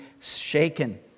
shaken